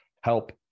help